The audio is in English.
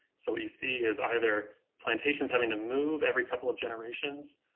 so you see is either plantations having to move every couple of generations,